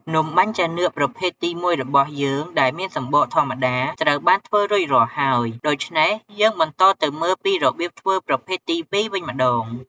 នំបាញ់ចានឿកប្រភេទទីមួយរបស់យើងដែលមានសំបកធម្មតាត្រូវបានធ្វើរួចរាល់ហើយ ដូច្នេះ យើងបន្តទៅមើលពីរបៀបធ្វើប្រភេទទីពីរវិញម្ដង។